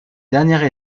dernière